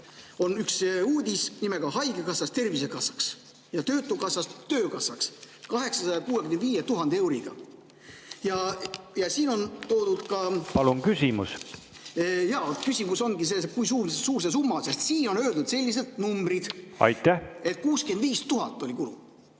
portaalis uudis pealkirjaga "Haigekassast tervisekassaks ja töötukassast töökassaks 865 000 euroga". Ja siin on toodud ka ... Palun küsimus! Ja küsimus ongi selles, kui suur see summa on, sest siin on öeldud sellised numbrid, et 65 000 oli kulu.